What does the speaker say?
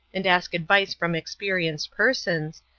and ask advice from experienced persons,